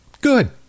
good